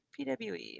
PWE